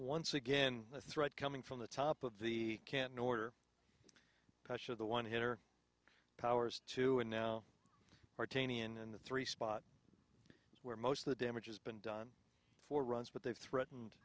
once again a threat coming from the top of the can order pressure the one hitter powers two and now fourteen ian and the three spot is where most of the damage has been done for runs but they threatened